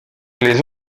les